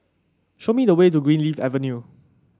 show me the way to Greenleaf Avenue